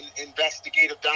investigative